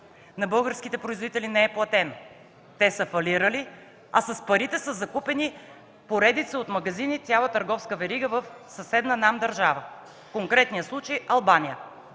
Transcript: на българските производители не е платено, те са фалирали, а с парите са закупени поредица от магазини – цяла търговска верига в съседна нам държава, в конкретния случай Албания.